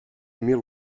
mil